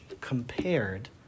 compared